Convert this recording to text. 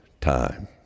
time